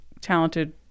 talented